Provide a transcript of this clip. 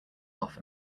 off